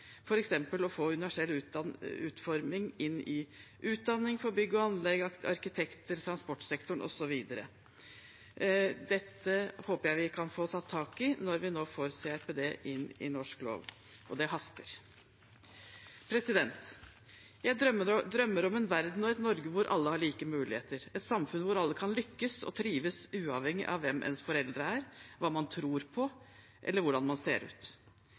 å få universell utforming inn i utdanningen for bygg og anlegg, arkitekter, transportsektoren osv. Dette håper jeg vi kan få tatt tak i når vi nå få CRPD inn i norsk lov, for det haster. Jeg drømmer om en verden og et Norge hvor alle har like muligheter, et samfunn hvor alle kan lykkes og trives, uavhengig av hvem ens foreldre er, hva man tror på, eller hvordan man ser ut.